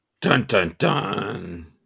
Dun-dun-dun